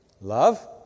Love